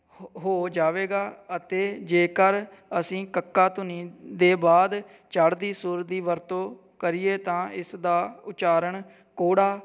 ਹ ਹੋ ਜਾਵੇਗਾ ਅਤੇ ਜੇਕਰ ਅਸੀਂ ਕੱਕਾ ਧੁਨੀ ਦੇ ਬਾਅਦ ਚੜ੍ਹਦੀ ਸੁਰ ਦੀ ਵਰਤੋਂ ਕਰੀਏ ਤਾਂ ਇਸ ਦਾ ਉਚਾਰਨ ਕੋੜਾ